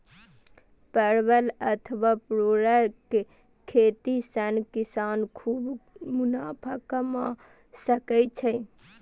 परवल अथवा परोरक खेती सं किसान खूब मुनाफा कमा सकै छै